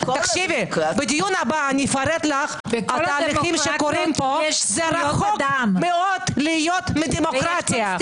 בדיון הבא אפרט לך שהתהליכים שקורים פה רחוק מאוד מלהיות דמוקרטיה.